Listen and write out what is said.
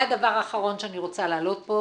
הדבר האחרון שאני רוצה להעלות פה,